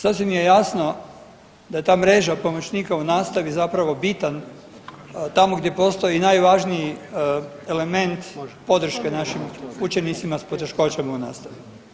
Sasvim je jasno da ta mreža pomoćnika u nastavi zapravo bitan tamo gdje postoji najvažniji element podrške našim učenicima s poteškoćama u nastavi.